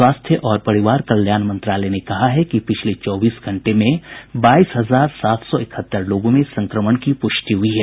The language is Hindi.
स्वास्थ्य और परिवार कल्याण मंत्रालय ने कहा है कि पिछले चौबीस घंटे में बाईस हजार सात सौ इकहत्तर लोगों में संक्रमण की प्रष्टि हुई है